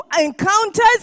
encounters